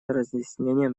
разъяснением